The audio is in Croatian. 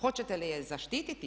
Hoćete li je zaštititi?